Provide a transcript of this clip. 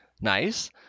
nice